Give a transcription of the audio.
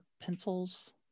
pencils